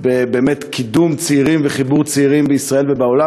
בקידום צעירים ובחיבור צעירים בישראל ובעולם,